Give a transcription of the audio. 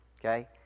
Okay